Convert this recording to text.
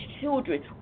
children